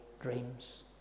dreams